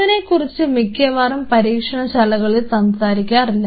അതിനെക്കുറിച്ച് മിക്കവാറും പരീക്ഷണശാലകളിൽ സംസാരിക്കാറില്ല